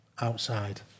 outside